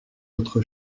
autre